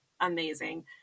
amazing